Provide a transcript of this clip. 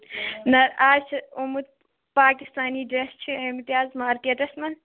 نہَ اَز چھِ آمُت پاکِستٲنی ڈرٚس چھِ آمٕتۍ اَز مارکیٹس منٛز